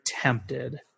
tempted